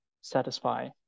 satisfy